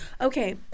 okay